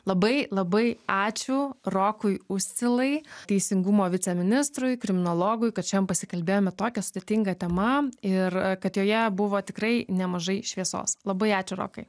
labai labai ačiū rokui uscilai teisingumo viceministrui kriminologui kad šiandien pasikalbėjome tokia sudėtinga tema ir kad joje buvo tikrai nemažai šviesos labai ačiū rokai